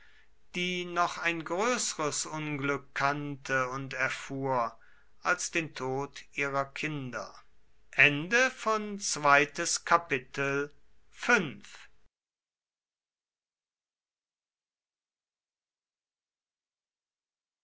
die noch ein größeres unglück kannte und erfuhr als den tod ihrer kinder